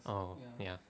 orh ya